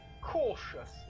cautious